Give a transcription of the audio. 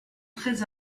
très